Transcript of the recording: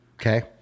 Okay